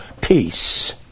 peace